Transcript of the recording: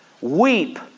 Weep